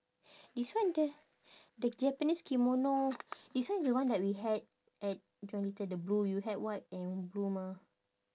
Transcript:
this one the the japanese kimono this one is the one that we had at john little the blue you had white and blue mah